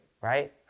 right